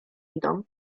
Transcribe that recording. idą